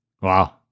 wow